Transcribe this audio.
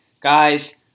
Guys